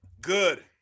Good